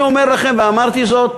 אני אומר לכם, ואמרתי זאת,